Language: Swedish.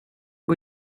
att